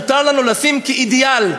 מותר לנו לשים כאידיאל,